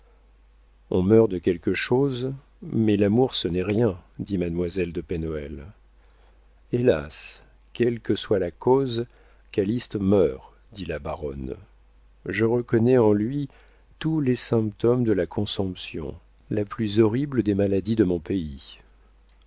on meurt de quelque chose mais l'amour ce n'est rien dit mademoiselle de pen hoël hélas quelle que soit la cause calyste meurt dit la baronne je reconnais en lui tous les symptômes de la consomption la plus horrible des maladies de mon pays